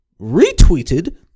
Retweeted